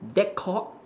that caught